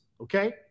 Okay